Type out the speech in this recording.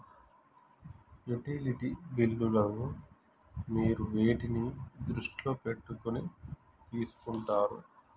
Utility బిల్లులను మీరు వేటిని దృష్టిలో పెట్టుకొని తీసుకుంటారు?